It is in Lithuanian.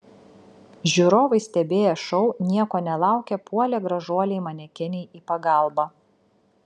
žiūrovai stebėję šou nieko nelaukę puolė gražuolei manekenei į pagalbą